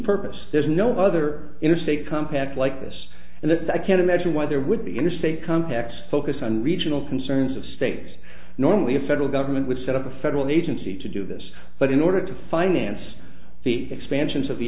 purpose there's no other interstate compact like this and that i can't imagine why there would be in the same context focus on regional concerns of states normally the federal government would set up a federal agency to do this but in order to finance the expansions of the